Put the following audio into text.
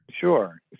Sure